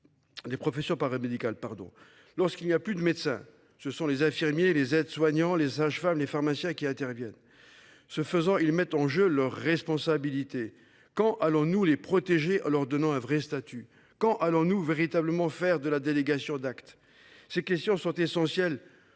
Des professions paramédicales, pardon. Lorsqu'il n'y a plus de médecin, ce sont les infirmiers, les aides-soignants, les sages-femmes, les pharmaciens qui interviennent. Ce faisant, ils mettent en jeu leur responsabilité quand allons-nous les protéger leur donnant un vrai statut. Quand allons-nous véritablement faire de la délégation d'actes. Ces questions sont essentielles